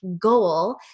goal